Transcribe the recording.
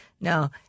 No